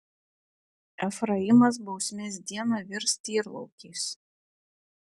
efraimas bausmės dieną virs tyrlaukiais